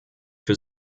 für